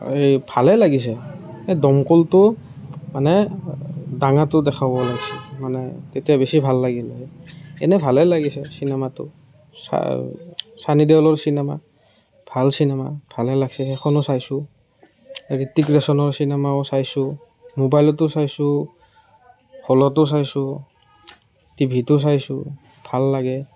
এই ভালেই লাগিছে এই দমকলটো মানে দাঙাটো দেখাব লাগছিল মানে তেতিয়া বেছি ভাল লাগিল হয় এনেই ভালেই লাগিছে চিনেমাটো চা চানি দেউলৰ চিনেমা ভাল চিনেমা ভালেই লাগিছে সেইখনো চাইছোঁ হৃত্তিক ৰোশনৰ চিনেমাও চাইছোঁ মোবাইলটো চাইছোঁ হলটো চাইছোঁ টিভিটো চাইছোঁ ভাল লাগে